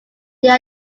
there